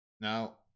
Now